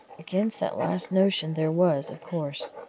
against that last notion there was, of course,